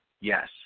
Yes